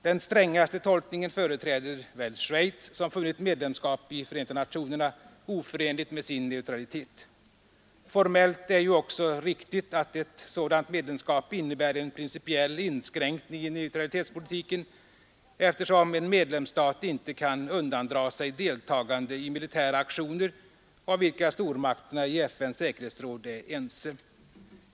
Den strängaste tolkningen företräder väl Schweiz, som funnit medlemskap i Förenta Nationerna oförenligt med sin neutralitet. Formellt är det ju också riktigt, att ett sådant medlemskap innebär en principiell inskränkning i neutralitetspolitiken, eftersom en medlemsstat inte kan undandraga sig deltagande i militära aktioner, om vilka stormakterna i FN:s säkerhetsråd är ense.